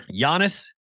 Giannis